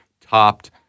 topped